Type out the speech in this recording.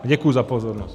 Děkuji za pozornost.